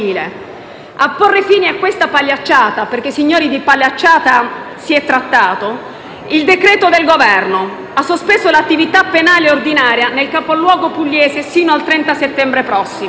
A porre fine a questa pagliacciata (perché, signori, di pagliacciata si è trattato), il decreto-legge del Governo che ha sospeso l'attività penale ordinaria nel capoluogo pugliese sino al 30 settembre prossimo.